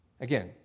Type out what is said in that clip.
Again